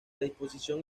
disposición